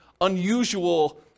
unusual